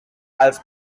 als